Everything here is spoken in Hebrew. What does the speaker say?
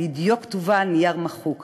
לדיו כתובה על נייר מחוק.